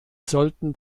sollten